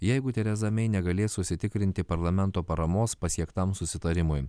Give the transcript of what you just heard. jeigu tereza mei negalės užsitikrinti parlamento paramos pasiektam susitarimui